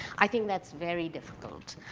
i think that's very difficult.